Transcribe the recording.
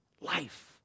Life